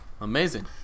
Amazing